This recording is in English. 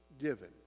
given